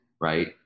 Right